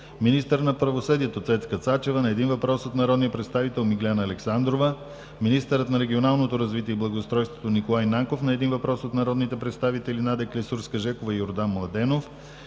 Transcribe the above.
министърът на правосъдието Цецка Цачева – на един въпрос от народния представител Миглена Александрова; - министърът на регионалното развитие и благоустройството Николай Нанков – на един въпрос от народните представители Надя Клисурска-Жекова и Йордан Младенов;